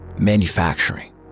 manufacturing